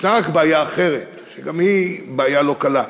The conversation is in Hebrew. ישנה רק בעיה אחרת, שגם היא בעיה לא קלה: